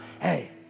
hey